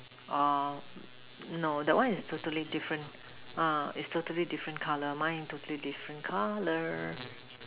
no that one is totally different is totally different color mine is totally different color